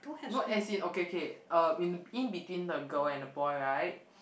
no as in okay okay uh in in between the girl and the boy right